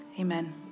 Amen